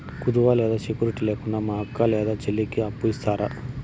కుదువ లేదా సెక్యూరిటి లేకుండా మా అక్క లేదా చెల్లికి అప్పు ఇస్తారా?